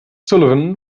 sullivan